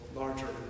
larger